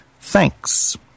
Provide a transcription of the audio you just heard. Thanks